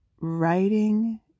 writing